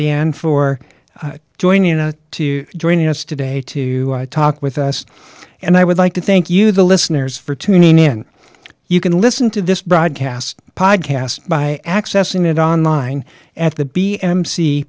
dan for joining us to joining us today to talk with us and i would like to thank you the listeners for tuning in you can listen to this broadcast podcast by accessing it online at the b m c